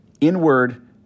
inward